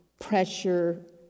pressure